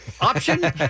option